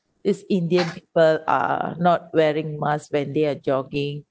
these indian people are not wearing masks when they are jogging